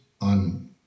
on